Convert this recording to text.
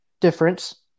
difference